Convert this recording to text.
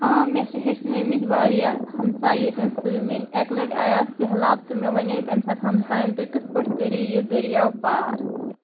آ مےٚ چھِ ہیٚچھنٲومٕتۍ واریاہ ہمساے ییٚتٮ۪ن سِومِنٛگ اَکہِ لَٹہِ آو سٔہلاب تہٕ مےٚ وَنے تَمہِ ساتہٕ ہمسایَن تُہۍ کِتھ پٲٹھۍ کٔرِو یہِ دٔریاو پار